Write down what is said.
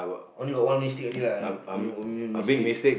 only got one mistake only lah only won't make mistake